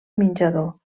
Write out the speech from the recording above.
menjador